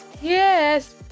Yes